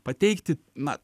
pateikti na